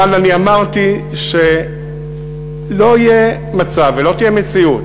אבל אני אמרתי שלא יהיה מצב ולא תהיה מציאות